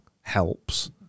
helps